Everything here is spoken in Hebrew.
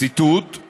ציטוט,